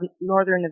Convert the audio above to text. Northern